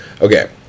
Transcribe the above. okay